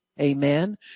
Amen